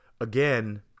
again